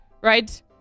right